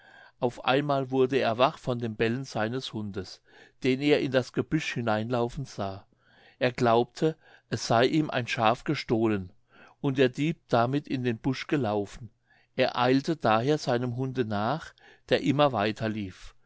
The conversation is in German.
auf einmal wurde er wach von dem bellen seines hundes den er in das gebüsch hineinlaufen sah er glaubte es sey ihm ein schaf gestohlen und der dieb damit in den busch gelaufen er eilte daher seinem hunde nach der immer weiter lief